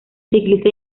ciclista